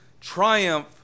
triumph